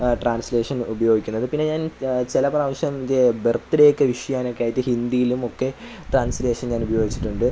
translation ഉപയോഗിക്കുന്നത് പിന്നെ ഞാൻ ചില പ്രാവശ്യം ഇത് ബർത്ത്ഡേയ്ക്ക് വിഷ് ചെയ്യാനൊക്കെയായിട്ട് ഹിന്ദിയിലുമൊക്കെ ട്രാൻസ്ലേഷൻ ഞാൻ ഉപയോഗിച്ചിട്ടുണ്ട്